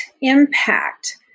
impact